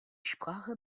sprache